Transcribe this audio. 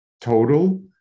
total